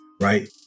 right